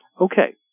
Okay